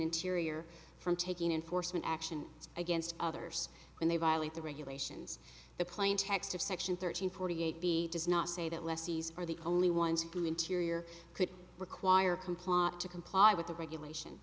interior from taking enforcement action against others when they violate the regulations the plain text of section thirteen forty eight b does not say that lessees are the only ones who interior could require complot to comply with the regulation